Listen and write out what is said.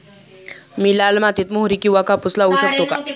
मी लाल मातीत मोहरी किंवा कापूस लावू शकतो का?